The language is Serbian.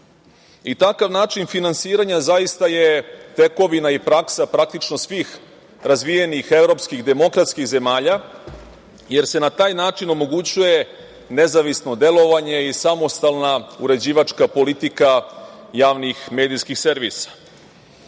i takav način finansiranja zaista je tekovina i praksa praktično svih razvijenih evropskih demokratskih zemalja, jer se na taj način omogućuje nezavisno delovanje i samostalna uređivačka politika javnih medijskih servisa. Iako